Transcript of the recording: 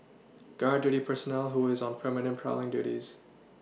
guard duty personnel who is on permanent prowling duties